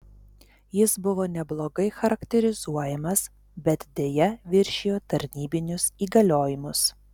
jis buvo neblogai charakterizuojamas bet deja viršijo tarnybinius įgaliojimus